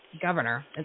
Governor